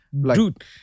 Dude